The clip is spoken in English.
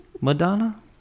Madonna